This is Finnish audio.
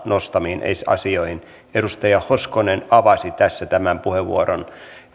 nostamiin asioihin edustaja hoskonen avasi tässä tämän puheenvuorollaan ja